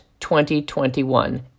2021